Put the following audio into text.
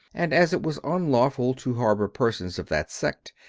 and, as it was unlawful to harbor persons of that sect,